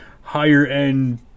higher-end